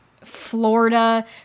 Florida